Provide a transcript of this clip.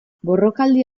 borrokaldi